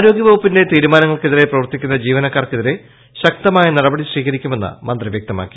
ആരോഗ്യവകുപ്പിന്റെ തീരുമാനങ്ങൾക്കെതിരെ പ്രവർത്തിക്കുന്ന ജീവനക്കാർക്കെതിരെ ശക്തമായ നടപടി സ്വീകരിക്കുമെന്ന് മന്ത്രി വ്യക്തമാക്കി